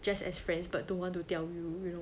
just as friends but don't want to tell you you know